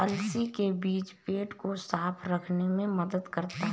अलसी के बीज पेट को साफ़ रखने में मदद करते है